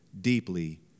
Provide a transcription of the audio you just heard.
deeply